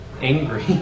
angry